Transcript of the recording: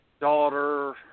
daughter